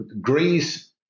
Greece